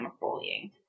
bullying